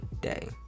day